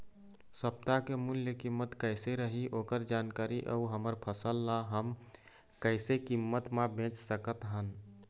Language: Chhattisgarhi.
सप्ता के मूल्य कीमत कैसे रही ओकर जानकारी अऊ हमर फसल ला हम कैसे कीमत मा बेच सकत हन?